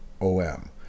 OM